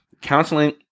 Counseling